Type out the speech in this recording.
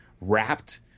wrapped